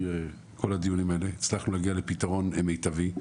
כל הדיונים האלה הצלחנו להגיע לפתרון מיטבי,